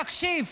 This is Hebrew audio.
תקשיב,